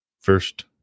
first